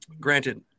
Granted